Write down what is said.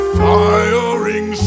firing